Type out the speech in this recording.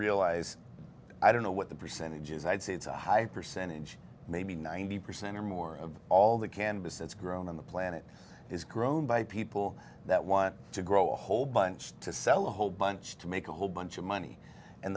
realize i don't know what the percentage is i'd say it's a high percentage maybe ninety percent or more of all the canvas that's grown on the planet is grown by people that want to grow a whole bunch to sell a whole bunch to make a whole bunch of money and